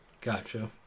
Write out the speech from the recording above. Gotcha